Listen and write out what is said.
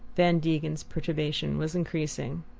van degen's perturbation was increasing.